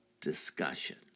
discussion